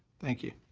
thank you.